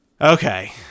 Okay